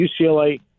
UCLA